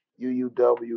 UUW